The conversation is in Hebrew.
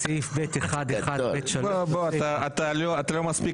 סעיף 1(ב1)(1)(ב)(3) --- אתה לא מספיק